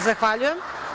Zahvaljujem.